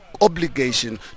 obligation